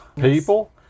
people